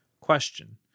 Question